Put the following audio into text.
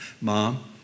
Mom